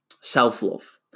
self-love